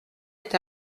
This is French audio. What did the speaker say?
est